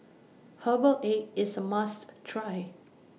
Herbal Egg IS A must Try